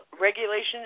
regulations